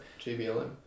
JBLM